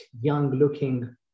young-looking